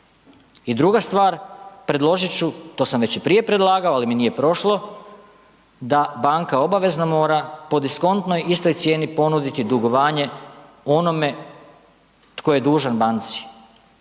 I druga stvar, predložit ću, to sam već i prije predlagao ali mi nije prošlo, da banka obavezno po diskontnoj istoj cijeni ponuditi dugovanje onome tko je dužan banci